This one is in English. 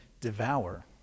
devour